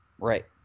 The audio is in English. right